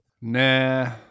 Nah